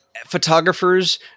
photographers